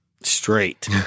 straight